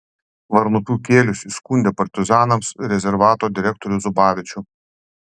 varnupių kielius įskundė partizanams rezervato direktorių zubavičių